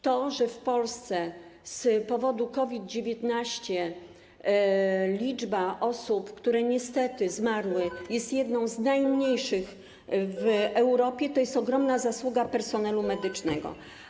To, że w Polsce z powodu COVID-19 liczba osób, które niestety zmarły, jest jedną z najmniejszych w Europie, to jest ogromna zasługa personelu medycznego.